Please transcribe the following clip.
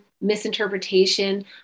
misinterpretation